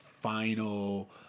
final